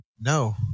No